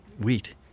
wheat